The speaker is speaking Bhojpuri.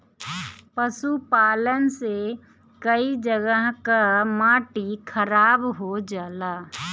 पशुपालन से कई जगह कअ माटी खराब हो जाला